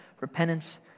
repentance